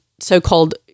so-called